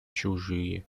чужие